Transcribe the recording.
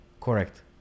correct